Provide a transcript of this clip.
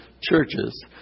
churches